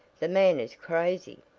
that man is crazy.